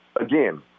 again